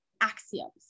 axioms